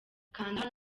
kanda